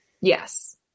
Yes